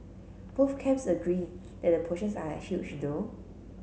both camps agree that the portions are huge though